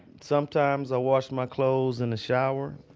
sometimes i wash my clothes in the shower,